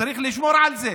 וצריך לשמור על זה,